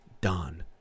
done